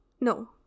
no